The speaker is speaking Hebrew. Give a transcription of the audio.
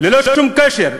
ללא שום קשר,